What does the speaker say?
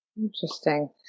Interesting